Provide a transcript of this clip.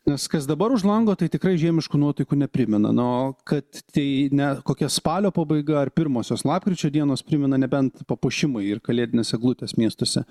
nes kas dabar už lango tai tikrai žiemiškų nuotaikų neprimena na o kad tai ne kokia spalio pabaiga ar pirmosios lapkričio dienos primena nebent papuošimai ir kalėdinės eglutės miestuose